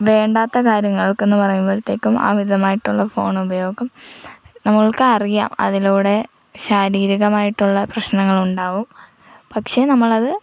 വേണ്ടാത്ത കാര്യങ്ങൾക്കെന്ന് പറയുമ്പോൾത്തേക്കും അമിതമായിട്ടുള്ള ഫോൺ ഉപയോഗം നമുക്കറിയാം അതിലൂടെ ശാരീരികമായിട്ടുള്ള പ്രശ്നങ്ങൾ ഉണ്ടാവും പക്ഷേ നമ്മളത്